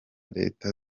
leta